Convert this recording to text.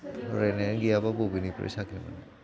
फरायनायानो गैयाबा बबेनिफ्राय साख्रि मोननो